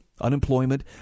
unemployment